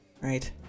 right